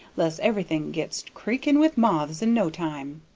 less everything gets creaking with moths in no time.